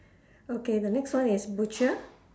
okay the next one is butcher